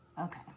Okay